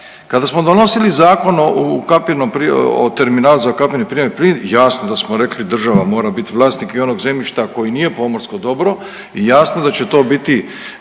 kada smo donosili Zakon o ukapljenom, o terminalu za ukapljeni prirodni plin jasno da smo rekli država mora biti vlasnik i onog zemljišta koje nije pomorsko dobro i jasno da će to biti